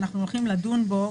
שאנחנו הולכים לדון בו,